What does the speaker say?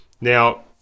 Now